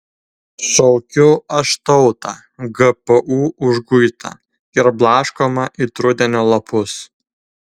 šaukiu aš tautą gpu užguitą ir blaškomą it rudenio lapus